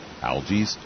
algae